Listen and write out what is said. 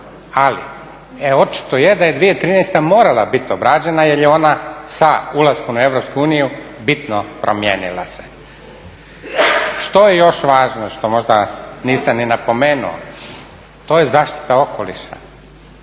Ali, e očito je da je 2013. morala bit obrađena jer je ona sa ulaskom u EU bitno promijenila se. Što je još važno što možda nisam ni napomenuo? To je zaštita okoliša.